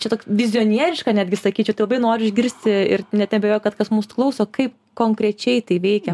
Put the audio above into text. čia toks vizionieriška netgi sakyčiau tai labai noriu išgirsti ir net neabejoju kad kas mūsų klauso kaip konkrečiai tai veikia